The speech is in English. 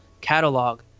catalog